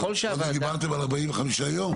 דיברתם על 45 יום?